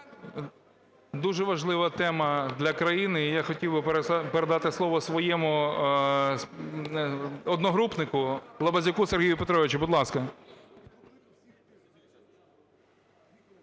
Дуже важлива тема для країни. І я хотів би передати слово своєму одногрупнику - Лабазюку Сергію Петровичу. Будь ласка.